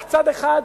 רק צד אחד,